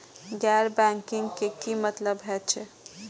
गैर बैंकिंग के की मतलब हे छे?